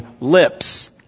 lips